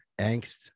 angst